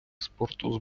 спорту